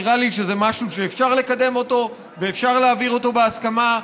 נראה לי שזה משהו שאפשר לקדם אותו ואפשר להעביר אותו בהסכמה.